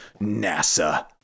NASA